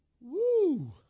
Woo